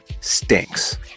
stinks